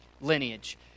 lineage